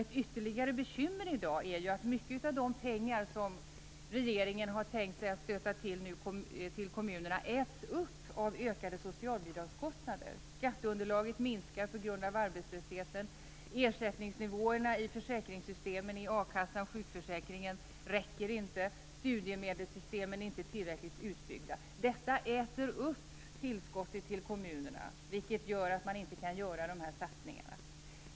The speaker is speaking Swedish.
Ett ytterligare bekymmer i dag är att mycket av de pengar som regeringen nu har tänkt sig att tillföra kommunerna äts upp av ökade socialbidragskostnader. Skatteunderlaget minskar på grund av arbetslösheten. Ersättningsnivåerna i försäkringssystemen i akassan och sjukförsäkringen räcker inte, och studiemedelssystemen är inte tillräckligt utbyggda. Detta äter upp tillskottet till kommunerna, vilket gör att man inte kan genomföra dessa satsningar.